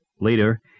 Later